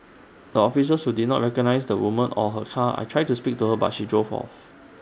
the officers who did not recognise the woman or her car I tried to speak to her but she drove off